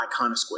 Iconosquare